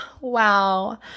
wow